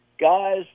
Guys